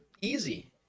easy